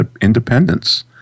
independence